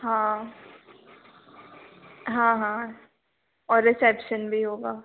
हाँ हाँ हाँ और रिसेप्शन भी होगा